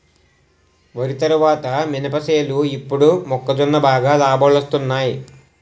వరి తరువాత మినప సేలు ఇప్పుడు మొక్కజొన్న బాగా లాబాలొస్తున్నయ్